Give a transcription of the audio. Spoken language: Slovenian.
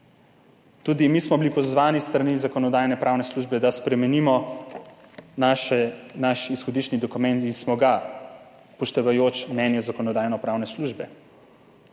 Tudi mi smo bili pozvani s strani Zakonodajno-pravne službe, da spremenimo naš izhodiščni dokument in smo ga, upoštevajoč mnenje Zakonodajno-pravne službe.